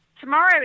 tomorrow